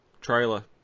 trailer